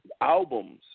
albums